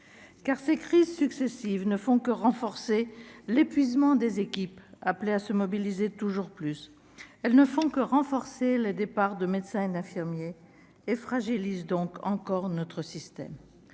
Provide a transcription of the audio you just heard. car ces crises successives ne font que renforcer l'épuisement des équipes appelées à se mobiliser toujours plus, elles ne font que renforcer les départs de médecins et d'infirmiers et fragilise donc encore notre système,